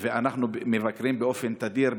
אנחנו מבקרים בה באופן תדיר.